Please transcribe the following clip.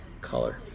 color